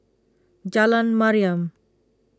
Jalan Mariam